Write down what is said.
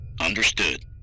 Understood